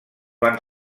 van